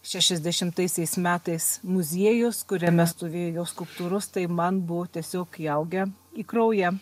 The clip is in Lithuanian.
šešiasdešimtaisiais metais muziejus kuriame stovėjo jo skulptūros tai man buvo tiesiog įaugę į kraują